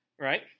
Right